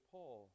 Paul